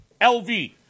LV